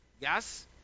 yes